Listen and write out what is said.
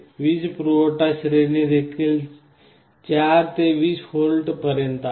वीजपुरवठा श्रेणी देखील 4 ते 20V पर्यंत आहे